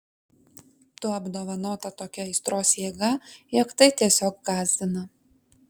tu apdovanota tokia aistros jėga jog tai tiesiog gąsdina